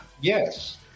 Yes